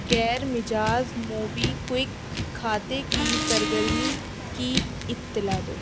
غیرمجاز Mobikwik کھاتے کی سرگرمی کی اطلاع دو